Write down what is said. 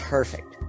Perfect